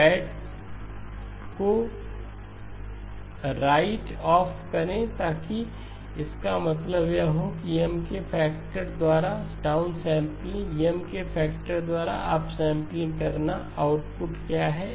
तो बैट को राइट ऑफ करें ताकि इसका मतलब यह हो कि M के फैक्टर द्वारा डाउन सैंपलिंग M के फैक्टर द्वारा अप सैंपलिंग करना आउटपुट क्या है